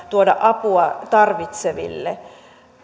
tuoda apua tarvitseville